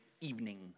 Evening